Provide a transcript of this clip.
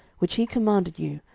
which he commanded you,